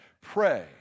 pray